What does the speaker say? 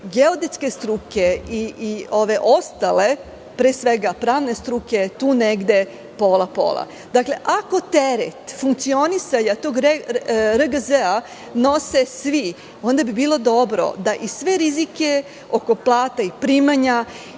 geodetske struke i ove ostale, pre svega pravne struke tu negde pola-pola. Dakle, ako teret funkcionisanja tog RGZ nose svi, onda bi bilo dobro da i sve rizike oko plata i primanja